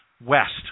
west